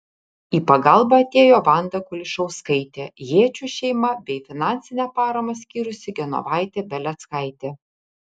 į pagalbą atėjo vanda kulišauskaitė jėčių šeima bei finansinę paramą skyrusi genovaitė beleckaitė